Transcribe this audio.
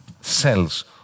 cells